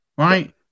Right